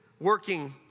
working